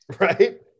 right